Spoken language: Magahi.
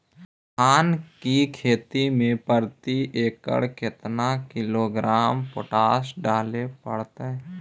धान की खेती में प्रति एकड़ केतना किलोग्राम पोटास डाले पड़तई?